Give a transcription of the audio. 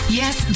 yes